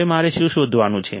હવે મારે શું શોધવાનું છે